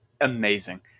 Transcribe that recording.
amazing